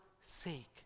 sake